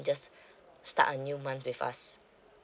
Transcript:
just start a new month with us